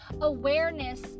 awareness